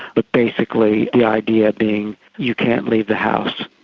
but basically the idea being you can't leave the house.